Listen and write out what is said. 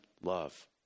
love